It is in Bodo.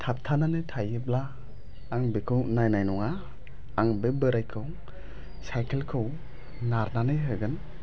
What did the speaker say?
थाबथानानै थायोब्ला आं बेखौ नायनाय नङा आं बे बोराइखौ साइकेलखौ नारनानै होगोन